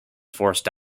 forced